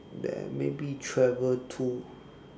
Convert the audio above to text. then maybe travel to